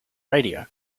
radio